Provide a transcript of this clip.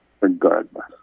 regardless